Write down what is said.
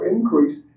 increase